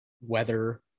weather